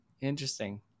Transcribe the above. Interesting